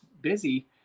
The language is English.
busy